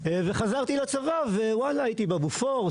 וחזרתי לצבא וואלה הייתי בבופור,